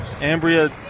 Ambria